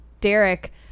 Derek